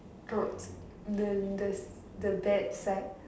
not then there's the bad side